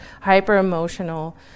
hyper-emotional